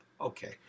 okay